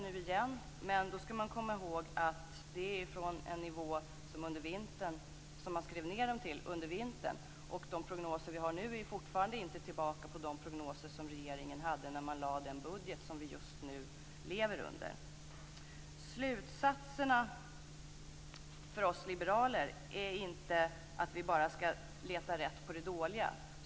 Men man skall komma ihåg att det görs från den nivå som de skrevs ned till under vintern. De prognoser vi har nu är fortfarande inte tillbaka på samma nivå som de prognoser regeringen utgick från när man lade fram den budget som vi lever med just nu. Slutsatserna för oss liberaler är inte att vi bara skall leta rätt på det dåliga.